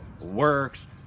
works